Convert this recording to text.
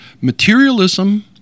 materialism